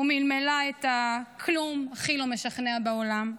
ומלמלה את ה"כלום" הכי לא משכנע בעולם.